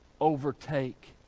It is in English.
overtake